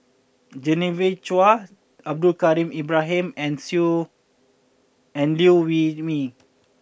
Genevieve Chua Abdul Kadir Ibrahim and and Liew Wee Mee